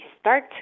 start